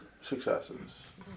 successes